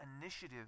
initiative